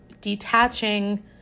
detaching